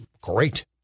great